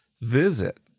visit